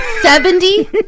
Seventy